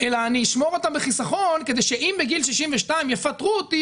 אלא אני אשמור אותם בחיסכון כדי שאם בגיל 62 יפטרו אותו,